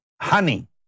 honey